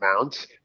amount